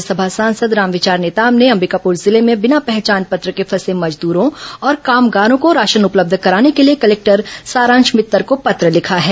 राज्यसभा सांसद रामविचार नेताम ने अंबिकापुर जिले में बिना पहचान पत्र के फंसे मजदूरों और कामगारों को राशन उपलब्ध कराने के लिए कलेक्टर सारांश मित्तर को पत्र लिखा है